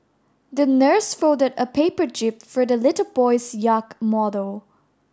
the nurse folded a paper jib for the little boy's yacht model